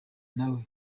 nawe